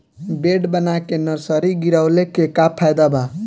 Bed बना के nursery गिरवले के का फायदा बा?